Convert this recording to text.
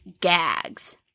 Gags